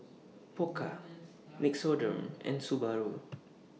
Pokka Nixoderm and Subaru